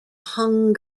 hung